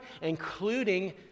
including